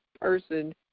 person